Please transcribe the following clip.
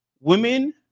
Women